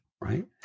right